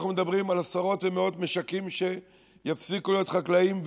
אנחנו מדברים על עשרות ומאות משקים שיפסיקו להיות חקלאיים,